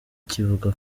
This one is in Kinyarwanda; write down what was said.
kivuga